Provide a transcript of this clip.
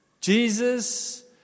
Jesus